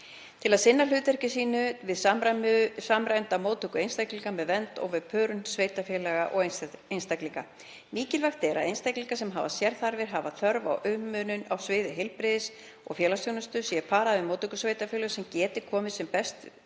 til að sinna hlutverki sínu við samræmda móttöku einstaklinga með vernd og við pörun sveitarfélaga og einstaklinga. Mikilvægt er að einstaklingar sem hafa sérþarfir eða þörf á umönnun á sviði heilbrigðis- eða félagsþjónustu séu paraðir við móttökusveitarfélag sem geti komið sem best